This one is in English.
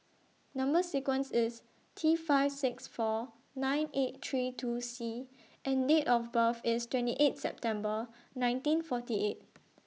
Number sequence IS T five six four nine eight three two C and Date of birth IS twenty eight September nineteen forty eight